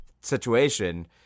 situation